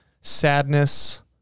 sadness